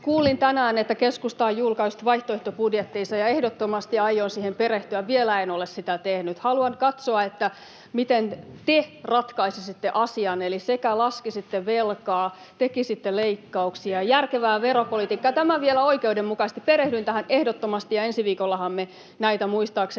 Kuulin tänään, että keskusta on julkaissut vaihtoehtobudjettinsa, ja ehdottomasti aion siihen perehtyä — vielä en ole sitä tehnyt. Haluan katsoa, miten te ratkaisisitte asian — laskisitte velkaa, tekisitte leikkauksia ja järkevää veropolitiikkaa — ja tämän vielä oikeudenmukaisesti. Perehdyn tähän ehdottomasti, ja ensi viikollahan me näitä muistaakseni